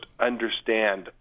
understand